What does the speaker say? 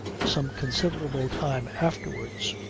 some considerable time afterwards,